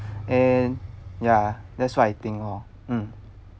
and ya that's what I think lor mm